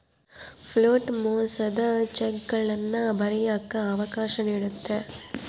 float ಮೋಸದ ಚೆಕ್ಗಳನ್ನ ಬರಿಯಕ್ಕ ಅವಕಾಶ ನೀಡುತ್ತೆ